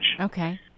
Okay